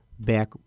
back